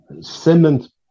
cement